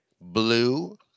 Blue